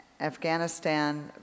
Afghanistan